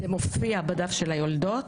זה מופיע בדף של היולדות.